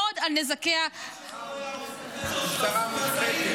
רק שזה לא יהרוס את הקשר של הזוג הצעיר,